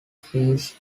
fleas